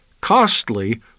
costly